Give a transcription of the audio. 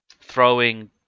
throwing